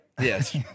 Yes